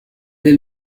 est